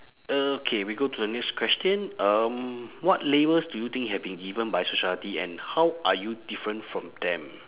okay we go to the next question um what labels do you think have been given by society and how are you different from them